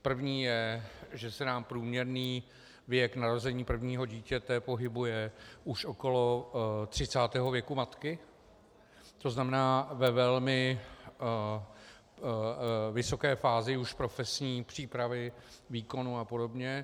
První je, že se nám průměrný věk narození prvního dítěte pohybuje už okolo třicátého věku matky, tzn. ve velmi vysoké fázi už profesní přípravy výkonu apod.